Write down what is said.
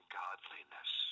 godliness